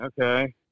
okay